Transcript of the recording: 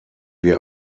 wir